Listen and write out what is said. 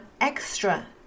extra